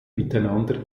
miteinander